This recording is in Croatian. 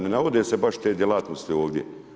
Ne navode se baš te djelatnosti ovdje.